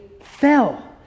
fell